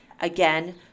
Again